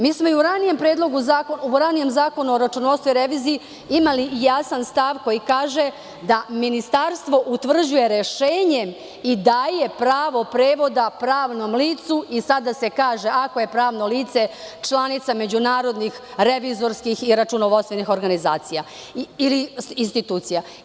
Mi smo i u ranijem Zakonu o računovodstvu i reviziji imali jasan stav koji kaže, da Ministarstvo utvrđuje rešenjem i daje pravo prevoda pravnom licu i sada se kaže – ako je pravno lice članica međunarodnih revizorskih i računovodstvenih organizacija ili institucija.